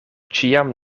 ĉiam